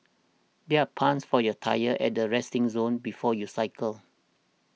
there are pumps for your tyres at the resting zone before you cycle